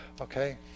okay